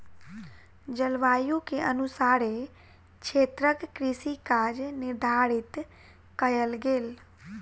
जलवायु के अनुसारे क्षेत्रक कृषि काज निर्धारित कयल गेल